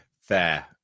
fair